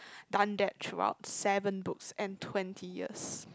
done that throughout seven books and twenty years